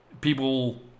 people